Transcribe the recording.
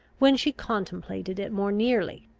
when she contemplated it more nearly,